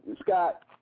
Scott